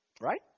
Right